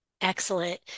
Excellent